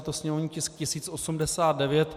Je to sněmovní tisk 1089.